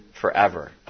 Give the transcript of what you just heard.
forever